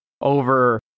over